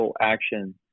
action